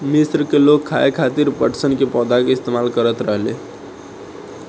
मिस्र के लोग खाये खातिर पटसन के पौधा के इस्तेमाल करत रहले